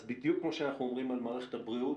אז בדיוק כמו שאנחנו אומרים על מערכת הבריאות,